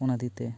ᱚᱱᱟ ᱤᱫᱤᱛᱮ